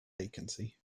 vacancy